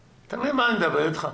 אתה מבין על מה אני מדבר אתך?